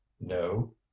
no